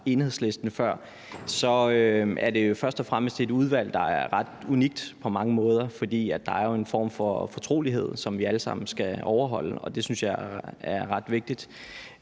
Enhedslisten før – kan man sige, at det først og fremmest er et udvalg, der er ret unikt på mange måder, for der er jo en form for fortrolighed, som vi alle sammen skal overholde, og det synes jeg er ret vigtigt.